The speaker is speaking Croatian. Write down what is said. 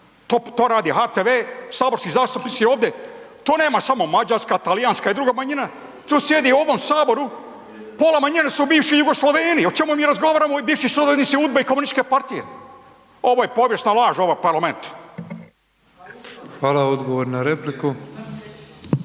To radi HTV, saborski zastupnici ovdje, to nema samo mađarska, talijanska i druga manjina, tu sjedi u ovom Saboru, pola manjina su bivši Jugoslaveni, o čemu mi razgovaramo, bivši sljedbenici UDBA-e i KP-a? ovo je povijesna laž, ovaj parlament. **Petrov, Božo